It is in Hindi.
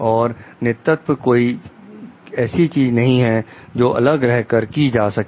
और नेतृत्व कोई ऐसी चीज नहीं है जो अलग रहकर की जा सके